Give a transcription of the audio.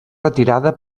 retirada